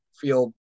feel